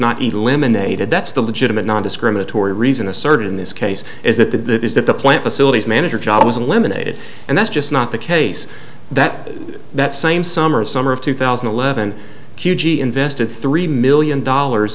not eliminated that's the legitimate nondiscriminatory reason asserted in this case is that that is that the plant facilities manager job wasn't eliminated and that's just not the case that that same summer summer of two thousand and eleven q g invested three million dollars